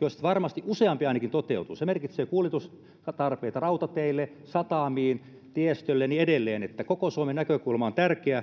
joista varmasti useampi ainakin toteutuu se merkitsee kuljetustarpeita rautateille satamiin tiestölle ja niin edelleen koko suomen näkökulma on tärkeä